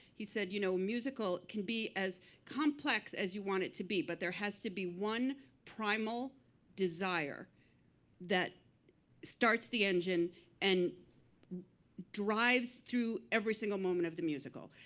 he said, you know, a musical can be as complex as you want it to be, but there has to be one primal desire that starts the engine and drives through every single moment of the musical.